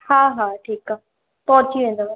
हा हा ठीकु आहे पोइ अची वेंदव